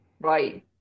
right